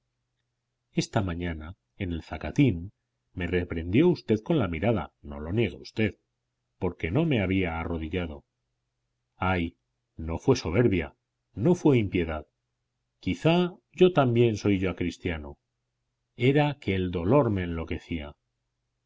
esta mañana en el zacatín me reprendió usted con la mirada no lo niegue usted porque no me había arrodillado ay no fue soberbia no fue impiedad quizás yo también soy ya cristiano era que el dolor me enloquecía